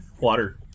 water